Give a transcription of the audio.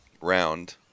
round